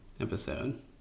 episode